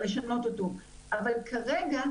לשנות אותו אבל כרגע,